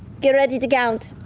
get ready to count.